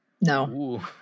No